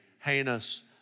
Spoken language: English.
heinous